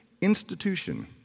institution